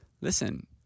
Listen